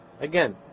Again